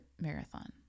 marathon